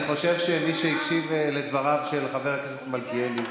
אני חושב שמי שהקשיב לדבריו של חבר הכנסת מלכיאלי,